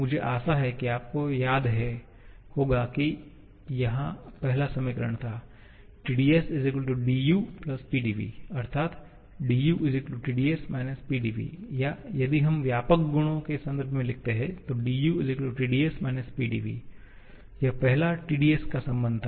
मुझे आशा है कि आपको याद है होगा कि पहला समीकरण था Tds du Pdv अर्थात du Tds − Pdv या यदि हम व्यापक गुणों के संदर्भ में लिखते हैं dU TdS − PdV यह पहला Tds का संबंध था